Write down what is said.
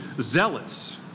zealots